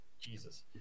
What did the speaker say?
Jesus